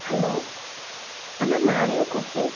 hello அண்ணா Mario cafe